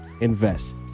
invest